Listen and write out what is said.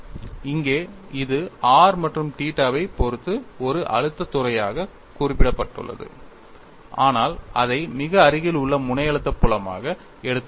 இங்கே இது r மற்றும் θ வைப் பொறுத்து ஒரு அழுத்தத் துறையாகக் குறிப்பிடப்பட்டுள்ளது ஆனால் அதை மிக அருகில் உள்ள முனை அழுத்த புலமாக எடுத்துக் கொள்ளுங்கள்